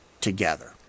together